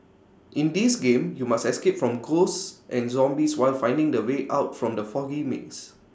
in this game you must escape from ghosts and zombies while finding the way out from the foggy maze